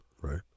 right